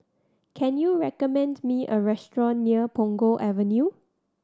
can you recommend me a restaurant near Punggol Avenue